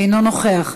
אינו נוכח.